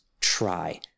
try